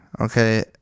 Okay